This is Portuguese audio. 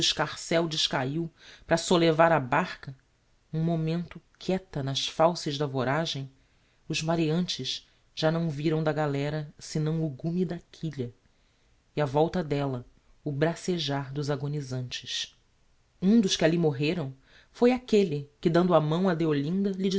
escarcéo descahiu para solevar a barca um momento quieta nas fauces da voragem os mareantes já não viram da galera senão o gume da quilha e á volta d'ella o bracejar dos agonisantes um dos que alli morreram foi aquelle que dando a mão a deolinda